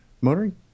motoring